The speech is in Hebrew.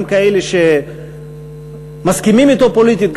גם כאלה שמסכימים אתו פוליטית,